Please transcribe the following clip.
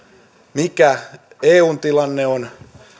mikä eun tilanne on